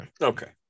Okay